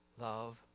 love